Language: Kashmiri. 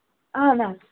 اَہن حظ